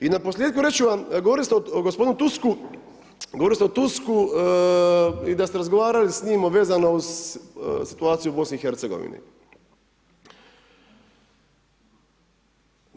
I na posljetku reći ću vam, govorili ste o gospodinu Tusku, govorili ste o Tusku i da ste razgovarali s njim vezano uz situaciju u BiH-a.